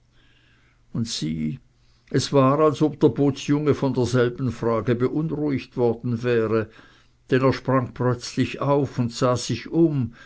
und sieh es war als ob der bootsjunge von derselben frage beunruhigt worden wäre denn er sprang plötzlich auf und sah sich um